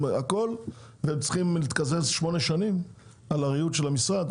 הם צריכים להתקזז 16 שנים על הריהוט של המשרד?